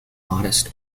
modest